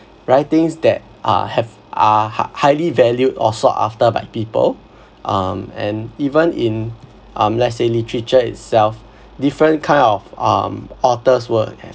writings that uh have uh hi~ highly valued or sought after by people um and even in um let's say literature itself different kind of um authors were